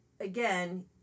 again